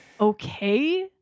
okay